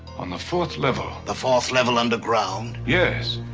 on the fourth level. the fourth level underground? yes.